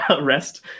REST